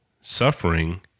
suffering